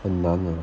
很难 ah